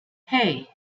hey